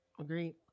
agree